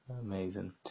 amazing